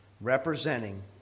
representing